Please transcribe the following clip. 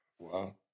Wow